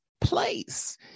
place